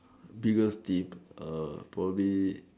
biggest team err probably